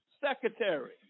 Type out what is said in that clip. Secretary